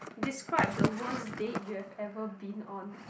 describe the worst date you have ever been on